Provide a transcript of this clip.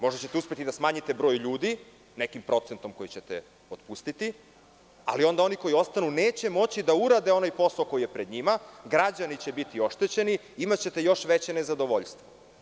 Možda ćete uspeti da smanjite broj ljudi nekim procentom koji ćete otpustiti, ali onda oni koji ostanu neće moći da urade onaj posao koji je pred njima, građani će biti oštećeni, imaćete još veće nezadovoljstvo.